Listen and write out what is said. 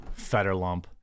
Fetterlump